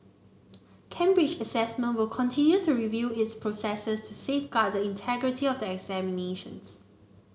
Cambridge Assessment will continue to review its processes to safeguard the integrity of the examinations